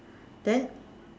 then